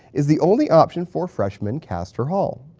is the only option for freshmen castor hall?